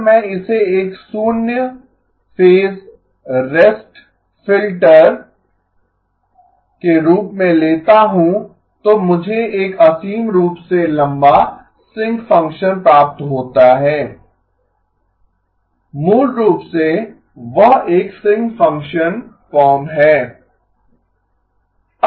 अगर मैं इसे एक शून्य फेज रेस्ट फिल्टर के रूप में लेता हूं तो मुझे एक असीम रूप से लंबा सिंक फंक्शन प्राप्त होता है मूल रूप से वह एक सिंक फंक्शन फॉर्म है